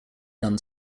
gun